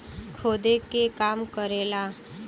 खोदे के काम करेला